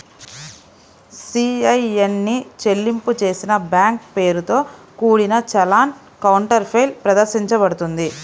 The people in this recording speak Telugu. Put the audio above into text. సి.ఐ.ఎన్ ఇ చెల్లింపు చేసిన బ్యాంక్ పేరుతో కూడిన చలాన్ కౌంటర్ఫాయిల్ ప్రదర్శించబడుతుంది